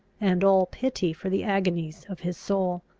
and all pity for the agonies of his soul.